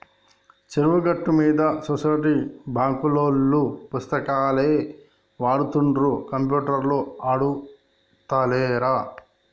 చెరువు గట్టు మీద సొసైటీ బాంకులోల్లు పుస్తకాలే వాడుతుండ్ర కంప్యూటర్లు ఆడుతాలేరా